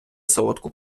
солодку